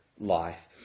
life